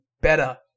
better